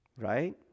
Right